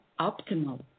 optimal